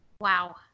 Wow